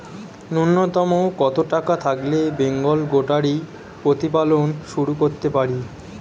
নূন্যতম কত টাকা থাকলে বেঙ্গল গোটারি প্রতিপালন শুরু করতে পারি?